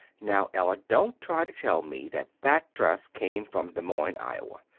now, ella, don't try to tell me that that dress came from des moines, iowa!